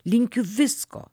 linkiu visko